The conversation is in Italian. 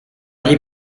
gli